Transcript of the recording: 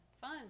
fun